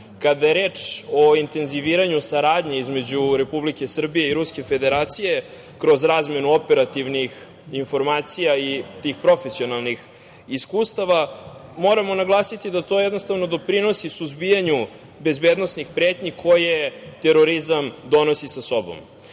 je reč o intenziviranju saradnje između Republike Srbije i Ruske Federacije kroz razmenu operativnih informacija i tih profesionalnih iskustava moramo nagliti da to jednostavno doprinosu suzbijanju bezbednosnih pretnji koje terorizam donosi sa